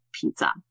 pizza